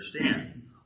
understand